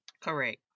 Correct